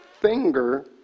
finger